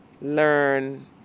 learn